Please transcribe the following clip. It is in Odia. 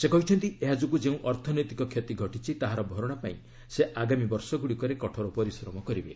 ସେ କହିଛନ୍ତି ଏହା ଯୋଗୁଁ ଯେଉଁ ଅର୍ଥନୈତିକ କ୍ଷତି ଘଟିଛି ତାହାର ଭରଣା ପାଇଁ ସେ ଆଗାମୀ ବର୍ଷଗ୍ରଡ଼ିକରେ କଠୋର ପରିଶ୍ମ କରିବେ